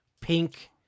pink